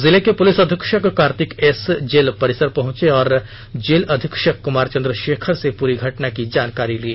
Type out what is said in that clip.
जिले के पुलिस अधीक्षक कार्तिक एस जेल परिसर पहुंचे और जेल अधीक्षक कुमार चंद्रशेखर से पूरी घटना की जानकारी ली